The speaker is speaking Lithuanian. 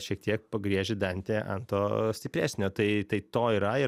šiek tiek pagrieži dantį ant to stipresnio tai tai to yra ir